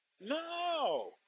No